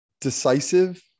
decisive